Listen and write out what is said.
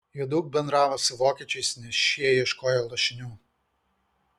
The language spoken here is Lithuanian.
jie daug bendravo su vokiečiais nes šie ieškojo lašinių